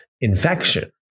infection